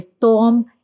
Tom